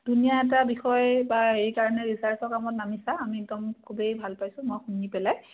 ধুনীয়া এটা বিষয়ে বা হেৰিকাৰণে বা ৰিচাৰ্ছৰ কামত নামিছা আমি একদম খুবেই ভাল পাইছোঁ মই শুনি পেলাই